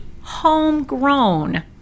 homegrown